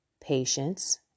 patience